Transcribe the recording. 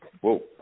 whoa